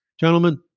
Gentlemen